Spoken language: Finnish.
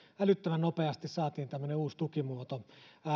älyttömän nopeasti saatiin tämmöinen uusi tukimuoto